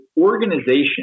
organization